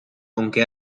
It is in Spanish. aunque